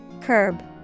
Curb